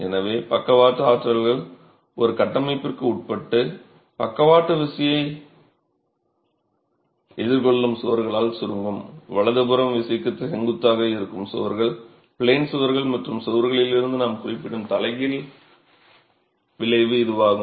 எனவே பக்கவாட்டு ஆற்றல்கள் ஒரு கட்டமைப்பிற்கு உட்பட்டு பக்கவாட்டு விசையை எதிர்கொள்ளும் சுவர்களால் சுருங்கும் வலதுபுறம் விசைக்கு செங்குத்தாக இருக்கும் சுவர்கள் ப்ளேன் சுவர்கள் மற்றும் சுவர்களில் இருந்து நாம் குறிப்பிடும் தலைகீழ் விளைவு இதுவாகும்